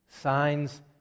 Signs